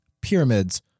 Pyramids